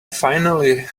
finally